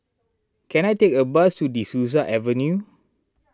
can I take a bus to De Souza Avenue